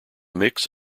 mix